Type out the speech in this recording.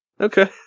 Okay